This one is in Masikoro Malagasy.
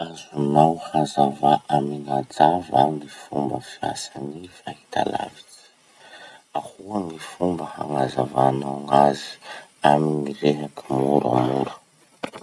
Azonao hazavà amin'ajà va ny fomba ny fahitalavitsy. Ahoa gny fomba hagnazavanao gn'azy amy rehaky moramora.